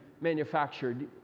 manufactured